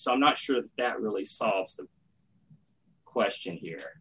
so i'm not sure that really solves the question here